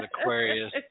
Aquarius